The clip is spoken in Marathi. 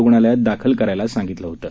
रुग्णालयात दाखल करायला सांगितलं होतं